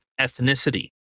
ethnicity